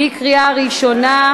בקריאה ראשונה.